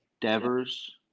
Devers